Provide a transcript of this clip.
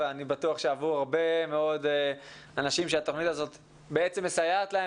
ואני בטוח שעבור הרבה מאוד אנשים שהתוכנית הזאת מסייעת להם